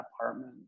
apartment